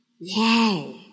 Wow